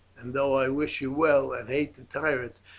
and though i wish you well, and hate the tyrant,